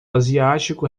asiático